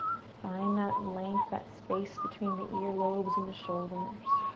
find that length, that space between the ear lobes and the shoulders.